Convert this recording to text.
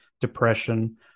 depression